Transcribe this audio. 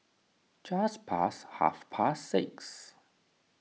just past half past six